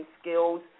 skills